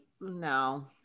no